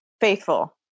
faithful